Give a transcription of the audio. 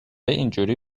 اینجوری